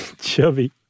Chubby